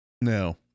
Now